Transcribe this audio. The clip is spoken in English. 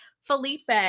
Felipe